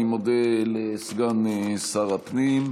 אני מודה לסגן שר הפנים.